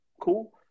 cool